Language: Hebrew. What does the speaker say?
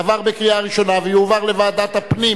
עברה בקריאה ראשונה ותועבר לוועדת הפנים